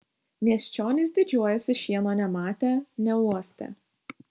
miesčionys didžiuojasi šieno nematę neuostę